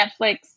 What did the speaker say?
Netflix